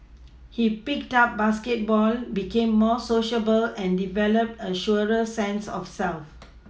he picked up basketball became more sociable and developed a surer sense of self